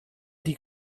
die